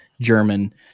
German